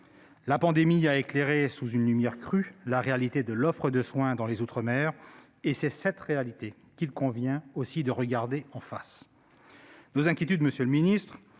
La pandémie a éclairé sous une lumière crue la réalité de l'offre de soins dans les outre-mer. C'est cette réalité qu'il convient aussi de regarder en face. Nos inquiétudes sont également